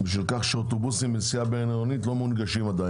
אוטובוסים בנסיעה בין-עירונית עדיין לא מונגשים.